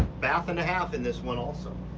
bath and a half in this one also.